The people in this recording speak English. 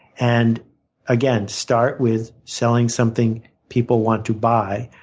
and again, start with selling something people want to buy.